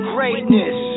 Greatness